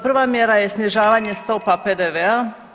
Prva mjera je snižavanje stopa PDV-a.